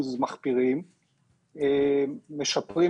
אנחנו פשוט